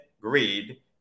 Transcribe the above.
greed